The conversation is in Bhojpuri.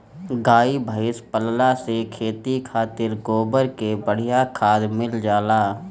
गाई भइस पलला से खेती खातिर गोबर के बढ़िया खाद मिल जाला